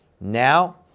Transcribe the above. Now